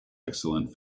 excellent